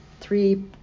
three